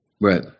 Right